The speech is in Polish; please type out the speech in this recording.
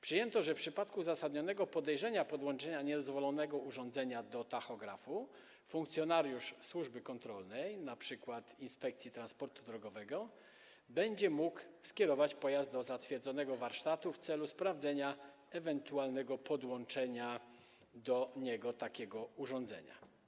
Przyjęto, że w przypadku uzasadnionego podejrzenia podłączenia niedozwolonego urządzenia do tachografu funkcjonariusz służby kontrolnej, np. Inspekcji Transportu Drogowego, będzie mógł skierować pojazd do zatwierdzonego warsztatu w celu sprawdzenia ewentualnego podłączenia takiego urządzenia.